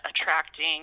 attracting